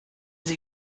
sie